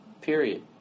Period